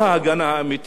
שדרושה לעורף,